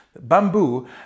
Bamboo